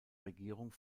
regierung